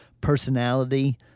personality